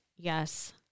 Yes